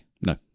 No